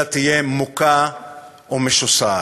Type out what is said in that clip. אלא תהיה מוכה ומשוסעת.